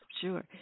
sure